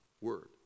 word